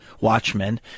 Watchmen